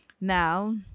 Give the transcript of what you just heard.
now